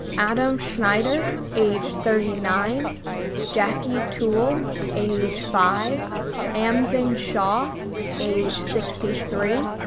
adam schneider age thirty nine jakie toole age five amzin shaw age sixty three,